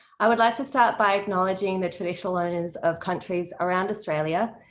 i would like to start by acknowledging the traditional owners of countries around australia,